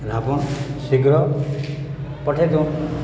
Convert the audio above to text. ଲାଭ ଶୀଘ୍ର ପଠାଇ ଦେଉ